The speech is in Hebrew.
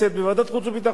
בוועדת החוץ והביטחון,